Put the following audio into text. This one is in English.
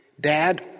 Dad